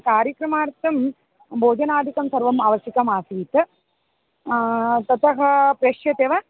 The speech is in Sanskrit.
कार्यक्रमार्थं भोजनादिकं सर्वम् आवश्यकमासीत् ततः प्रेष्यते वा